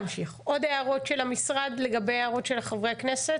הערות של המשרד לגבי ההערות של חברי הכנסת?